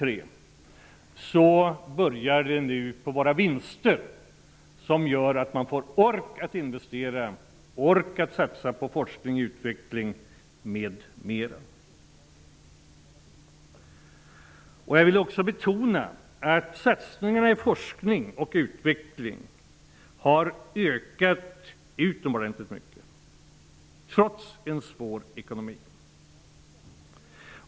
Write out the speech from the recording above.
Men nu börjar det att vara vinster som gör att man får ork att investera och satsa på forskning, utveckling m.m. Det är det allra viktigaste. Jag vill också betona att satsningarna på forskning och utveckling har ökat utomordentligt mycket trots en svår ekonomi.